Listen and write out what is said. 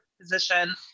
position